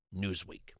Newsweek